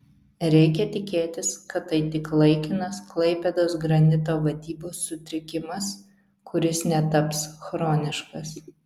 reikia tikėtis kad tai tik laikinas klaipėdos granito vadybos sutrikimas kuris netaps chroniškas